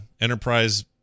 Enterprise